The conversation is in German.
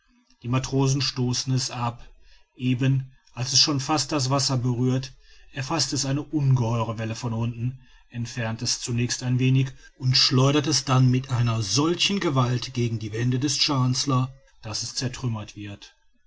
die matrosen stoßen es ab eben als es schon fast das wasser berührt erfaßt es eine ungeheure welle von unten entfernt es zunächst ein wenig und schleudert es dann mit einer solchen gewalt gegen die wände des chancellor daß es zertrümmert wird